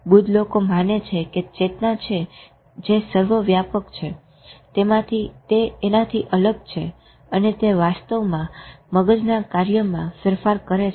બુદ્ધ લોકો માને છે કે ચેતના છે જે સર્વ વ્યાપક છે તે માંથી અલગ છે અને તે વાસ્તવમાં મગજના કાર્યમાં ફેરફાર કરે છે